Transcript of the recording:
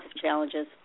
challenges